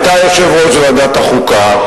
אתה יושב-ראש ועדת החוקה,